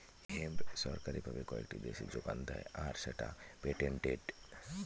hemp সরকারি ভাবে কয়েকটি দেশে যোগান দেয় আর সেটা পেটেন্টেড